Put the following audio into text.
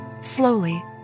slowly